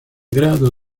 grado